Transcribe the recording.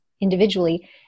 individually